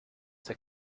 der